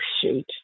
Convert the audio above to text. shoot